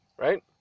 right